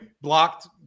Blocked